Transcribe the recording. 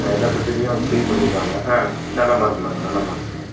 ஆ எல்லா சப்ஜெக்ட்லையும் கிளீயர் பண்ணி இருக்காங்க ஆ நல்ல மார்க் மேடம் நல்ல மார்க்குங்க